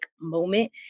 moment